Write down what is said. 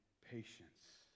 patience